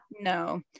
no